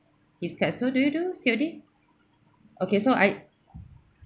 his card so do you do C_O_D okay so I